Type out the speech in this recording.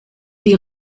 die